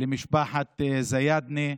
למשפחת זיאדנה,